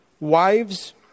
wives